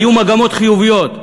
היו מגמות חיוביות,